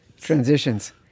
Transitions